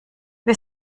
wir